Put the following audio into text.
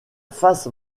face